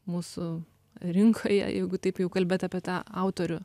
mūsų rinkoje jeigu taip jau kalbėt apie tą autorių